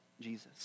Jesus